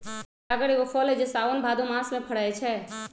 गागर एगो फल हइ जे साओन भादो मास में फरै छै